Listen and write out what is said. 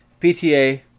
PTA